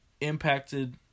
impacted